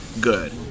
good